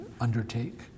undertake